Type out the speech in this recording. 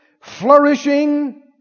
Flourishing